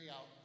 out